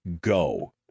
go